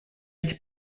эти